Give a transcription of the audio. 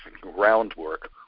groundwork